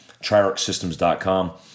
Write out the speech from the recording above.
TriArcSystems.com